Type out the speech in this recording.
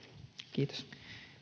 kiitos